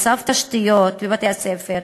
מצב התשתיות בבתי-הספר,